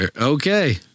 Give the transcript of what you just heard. okay